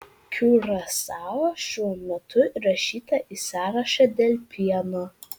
kiurasao šiuo metu įrašyta į sąrašą dėl pieno